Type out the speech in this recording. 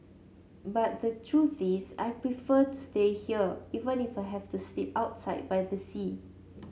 but the truth is I prefer to stay here even if I have to sleep outside by the sea